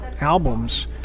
albums